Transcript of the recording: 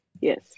Yes